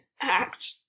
act